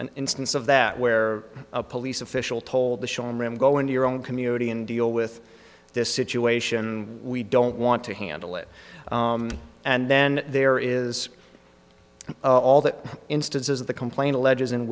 an instance of that where a police official told the show room go into your own community and deal with this situation we don't want to handle it and then there is all the instances the complaint alleges in